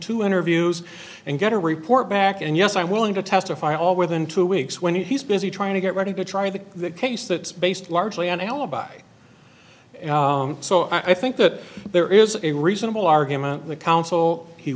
two interviews and get a report back and yes i'm willing to testify all within two weeks when he's busy trying to get ready to try the case that's based largely on alibi so i think that there is a reasonable argument the council he